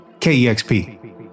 KEXP